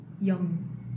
young